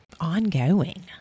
ongoing